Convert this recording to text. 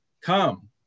come